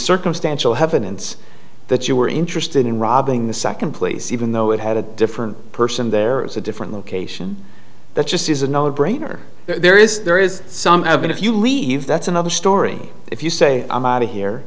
circumstantial evidence that you were interested in robbing the second place even though it had a different person there is a different location that just is a no brainer there is there is some have been if you leave that's another story if you say i'm out of here